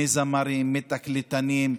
זמרים, תקליטנים,